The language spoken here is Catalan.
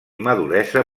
maduresa